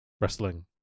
wrestling